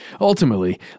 Ultimately